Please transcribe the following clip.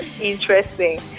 Interesting